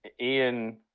Ian